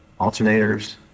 alternators